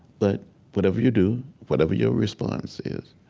but whatever you do, whatever your response is,